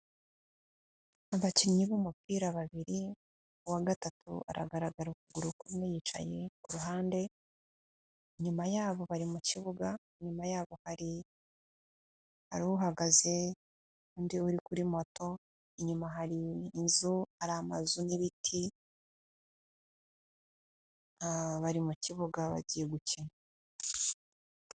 Abakinnyi b'umupira babiri, uwa gatatu aragaragara ukuguru kumwe yicaye ku ruhande, inyuma yabo bari mu kibuga, inyuma yaho hari uhagaze undi uri kuri moto, inyuma hari inzu hari amazu n'ibiti, bari mu kibuga bagiye gukina.